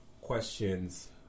questions